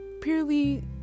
purely